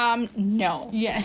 abeh awak cakap pasal saya